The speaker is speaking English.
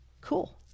Cool